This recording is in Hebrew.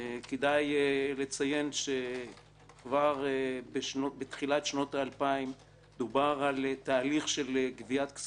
כדאי לציין שכבר בתחילת שנות ה-2000 דובר על תהליך של גביית כספים.